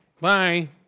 Bye